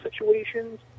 situations